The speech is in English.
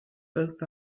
both